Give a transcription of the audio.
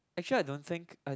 actually I don't think i